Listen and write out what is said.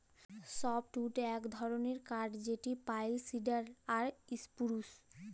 softwood ইক ধরলের কাঠ যেট পাইল, সিডার আর ইসপুরুস